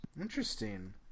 Interesting